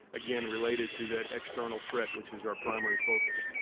again related to that external threat which is our primary focus.